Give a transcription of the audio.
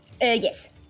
yes